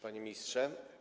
Panie Ministrze!